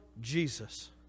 Jesus